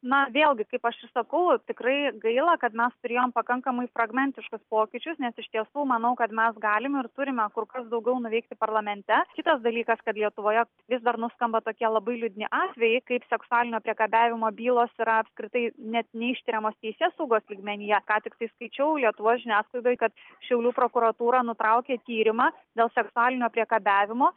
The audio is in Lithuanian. na vėlgi kaip aš ir sakau tikrai gaila kad mes turėjom pakankamai fragmentiškus pokyčius nes iš tiesų manau kad mes galim ir turime kur kas daugiau nuveikti parlamente kitas dalykas kad lietuvoje vis dar nuskamba tokie labai liūdni atvejai kaip seksualinio priekabiavimo bylos yra apskritai net neištiriamos teisėsaugos lygmenyje ką tik tai skaičiau lietuvos žiniasklaidoj kad šiaulių prokuratūra nutraukė tyrimą dėl seksualinio priekabiavimo